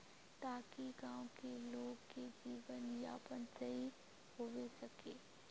ताकि गाँव की लोग के जीवन यापन सही होबे सके?